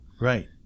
Right